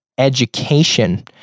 education